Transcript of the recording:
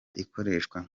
ikoreshwa